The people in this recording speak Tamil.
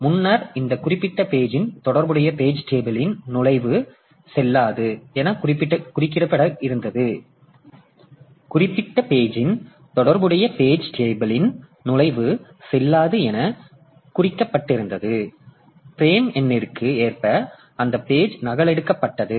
எனவே முன்னர் இந்த குறிப்பிட்ட பேஜின் தொடர்புடைய பேஜ் டேபிளின் நுழைவு செல்லாது எனக் குறிக்கப்பட்டிருந்தது பிரேம் எண்ணிற்கு ஏற்ப அந்த பேஜ் நகலெடுக்கப்பட்டது